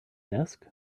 desk